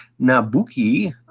Nabuki